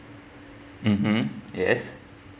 mmhmm yes